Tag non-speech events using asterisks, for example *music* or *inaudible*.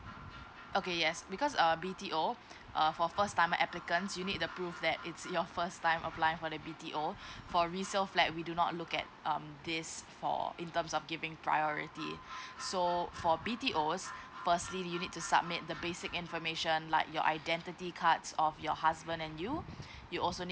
okay yes because err B_T_O uh for first time applicants you need the proof that it's your first time applying for the B_T_O *breath* for resale flat we do not look at um this for in terms of giving priority so for B_T_O's firstly you need to submit the basic information like your identity cards of your husband and you you also